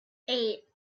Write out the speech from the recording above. eight